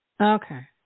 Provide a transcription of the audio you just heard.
Okay